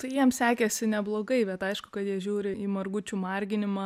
tai jiem sekėsi neblogai bet aišku kad jie žiūri į margučių marginimą